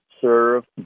serve